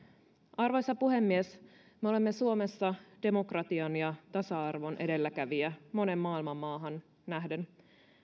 arvoisa puhemies me olemme suomessa demokratian ja tasa arvon edelläkävijä moneen maailman maahan nähden